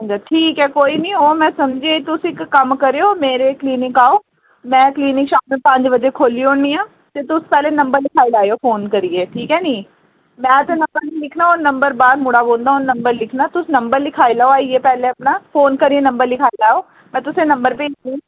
ठीक ऐ कोई नी मैं समझी गेई तुस इक कम करेओ मेरे क्लिनिक आओ मैं क्लिनिक शामी पंज बजे खोली ओड़नी आं ते तुस पेह्ले नंबर लखाई लैएयो फोन करियै ठीक ऐ नी मैं ते नंबर नी लिखना नंबर बाहर मुड़ा बौंह्दा उन्नै नंबर लिखना तुस नंबर लखाई लैओ पेह्ले अपना फोन करियै नंबर लखाई लैओ मैं नंबर भेजनी